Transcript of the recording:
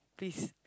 please